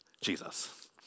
Jesus